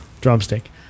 drumstick